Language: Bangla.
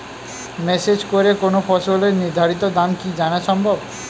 মেসেজ করে কোন ফসলের নির্ধারিত দাম কি জানা সম্ভব?